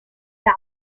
die